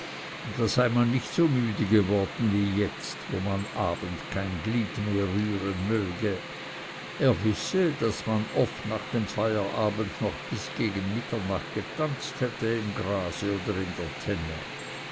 da sei man nicht so müde geworden wie jetzt wo man am abend kein glied mehr rühren möge er wisse daß man oft nach dem feierabend noch bis gegen mitternacht getanzt hätte im grase oder in der tenne